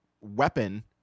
weapon